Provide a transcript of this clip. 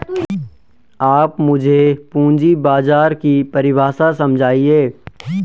आप मुझे पूंजी बाजार की परिभाषा समझाइए